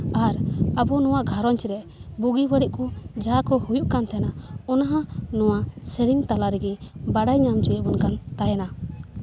ᱟᱨ ᱟᱵᱚ ᱱᱚᱣᱟ ᱜᱷᱟᱨᱚᱸᱡᱽ ᱨᱮ ᱵᱩᱜᱤᱼᱵᱟᱹᱲᱤᱡ ᱠᱚ ᱡᱟᱦᱟᱸ ᱠᱚ ᱦᱩᱭᱩᱜ ᱠᱟᱱ ᱛᱟᱦᱮᱱᱟ ᱚᱱᱟ ᱦᱚᱸ ᱱᱚᱣᱟ ᱥᱮᱨᱮᱧ ᱛᱟᱞᱟ ᱨᱮᱜᱮ ᱵᱟᱲᱟᱭ ᱧᱟᱢ ᱦᱚᱪᱚᱭᱮᱫ ᱵᱚᱱ ᱠᱟᱱ ᱛᱟᱦᱮᱱᱟ